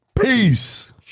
Peace